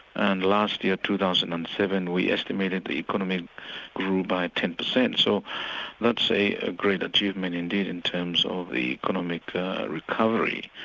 and last year two thousand and seven, we estimated the economy grew by ten percent. so that's a ah great achievement indeed in terms of economic recovery.